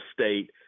state